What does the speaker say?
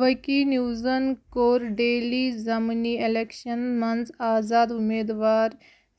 وقی نیوٗزَن کوٚر ڈیلی زمنی الیکشن منٛز آزاد اُمید وار